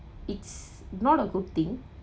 it's not a good thing